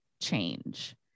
change